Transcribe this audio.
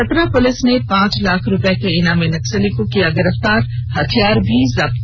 Chatra police ने पांच लाख रुपये के इनामी नक्सली को किया गिरफ्तार हथियार भी जब्त